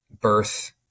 birth